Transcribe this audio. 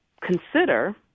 consider